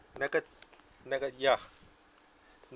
negat~ negat~ ya